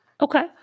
Okay